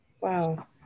Wow